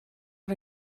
out